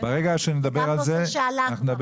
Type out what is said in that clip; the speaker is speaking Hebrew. גם נושא שעלה, ונמצא בוועדת כספים.